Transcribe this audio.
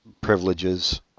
privileges